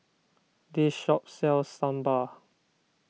this shop sells Sambal